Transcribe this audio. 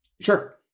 Sure